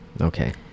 okay